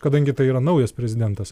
kadangi tai yra naujas prezidentas